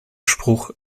spruch